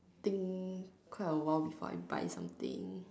think quite a while before I buy something